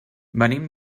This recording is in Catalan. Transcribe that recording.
venim